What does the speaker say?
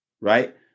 Right